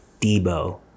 Debo